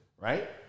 Right